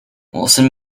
wilson